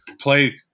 play